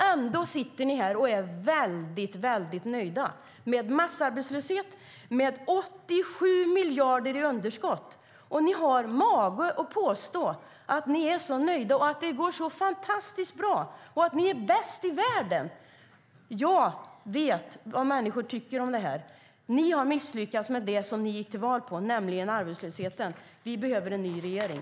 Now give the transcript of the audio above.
Ändå är ni väldigt nöjda med massarbetslösheten, med 87 miljarder i underskott, och ni har mage att påstå att det går fantastiskt bra och att ni är bäst i världen. Jag vet vad människor tycker om det här. Ni har misslyckats med det som ni gick till val på, nämligen att minska arbetslösheten. Vi behöver en ny regering.